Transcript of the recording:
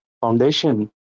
Foundation